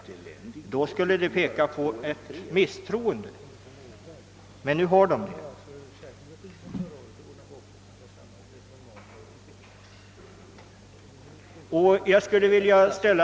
Utan dessa 50 procent skulle det vittna om misstroende, men nu har de som sagt ungefär 50 procent.